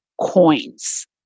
coins